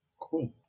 Cool